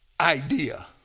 idea